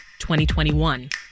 2021